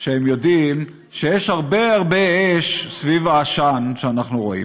שהם יודעים שיש הרבה הרבה אש סביב העשן שאנחנו רואים.